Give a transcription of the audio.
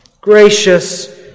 Gracious